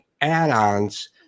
add-ons